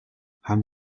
haben